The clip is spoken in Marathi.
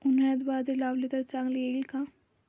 उन्हाळ्यात बाजरी लावली तर चांगली येईल का?